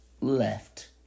left